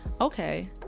okay